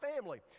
family